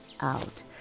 out